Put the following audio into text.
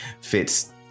fits